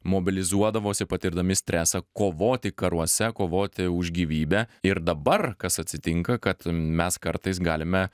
mobilizuodavosi patirdami stresą kovoti karuose kovoti už gyvybę ir dabar kas atsitinka kad mes kartais galime